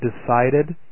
decided